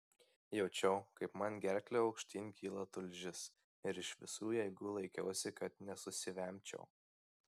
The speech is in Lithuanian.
jaučiau kaip man gerkle aukštyn kyla tulžis ir iš visų jėgų laikiausi kad nesusivemčiau